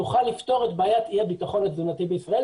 נוכל לפתור את בעיית אי הביטחון התזונתי בישראל,